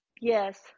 Yes